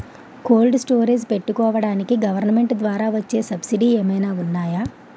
Cold storage పెట్టుకోడానికి government ద్వారా వచ్చే సబ్సిడీ ఏమైనా ఉన్నాయా?